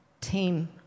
team